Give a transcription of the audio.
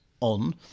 on